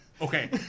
Okay